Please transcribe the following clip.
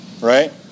right